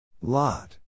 Lot